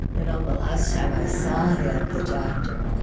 you know, the last time i saw him, the doctor,